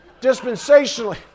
Dispensationally